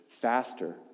faster